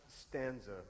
stanza